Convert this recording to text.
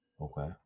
Okay